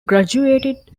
graduated